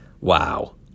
Wow